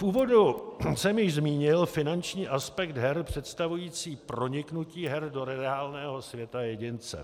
V úvodu jsem již zmínil finanční aspekt her představující proniknutí her do reálného světa jedince.